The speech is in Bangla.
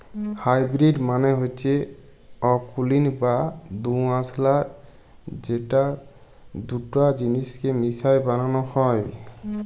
হাইবিরিড মালে হচ্যে অকুলীন বা দুআঁশলা যেট দুট জিলিসকে মিশাই বালালো হ্যয়